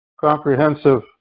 comprehensive